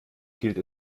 gilt